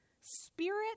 spirit